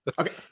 Okay